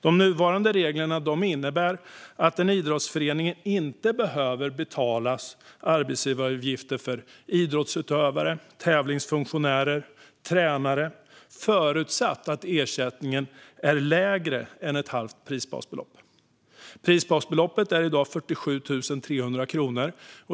De nuvarande reglerna innebär att en idrottsförening inte behöver betala arbetsgivaravgifter för idrottsutövare, tävlingsfunktionärer eller tränare förutsatt att ersättningen är lägre än ett halvt prisbasbelopp. Prisbasbeloppet är i dag 47 300 kronor.